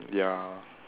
ya